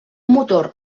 motor